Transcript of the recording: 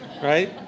Right